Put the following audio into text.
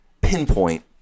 pinpoint